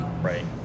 right